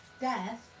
death